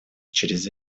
через